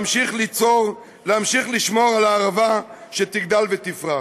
להמשיך ליצור, להמשיך לשמור על הערבה שתגדל ותפרח.